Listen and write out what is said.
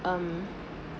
um